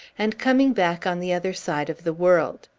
and coming back on the other side of the world.